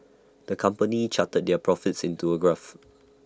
the company charted their profits into A graph